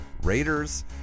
Raiders